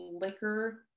Liquor